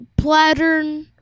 Plattern